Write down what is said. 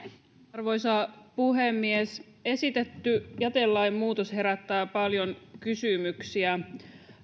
arvoisa puhemies esitetty jätelain muutos herättää paljon kysymyksiä